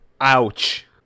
Ouch